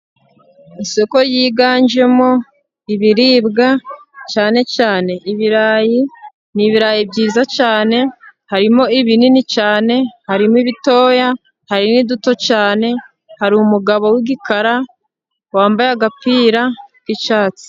Isoko ryiganjemo ibiribwa cyane cyane ibirayi. Ibirayi byiza cyane harimo ibinini cyane harimo ibitoya hari ni duto cyane, harimo umugabo w'igikara wambaye agapira k'icyatsi.